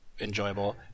enjoyable